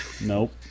Nope